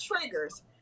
triggers